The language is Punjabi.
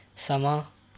ਸਮਾਂ